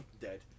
dead